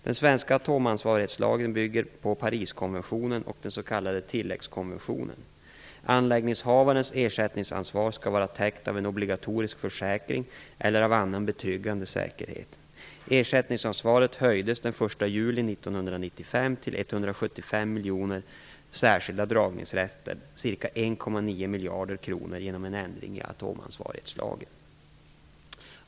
Den svenska atomansvarighetslagen bygger på Pariskonventionen och på den s.k. tilläggskonventionen. Anläggningsinnehavarens ersättningsansvar skall vara täckt av en obligatorisk försäkring eller av annan betryggande säkerhet. Ersättningsansvaret höjdes den första juli 1995 till 175 miljoner särskilda dragningsrätter , ca 1,9 miljarder kronor, genom en ändring i atomansvarighetslagen.